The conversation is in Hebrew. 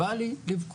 בא לי לבכות.